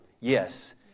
yes